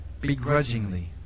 begrudgingly